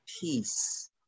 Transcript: peace